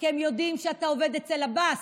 כי הם יודעים שאתה עובד אצל עבאס.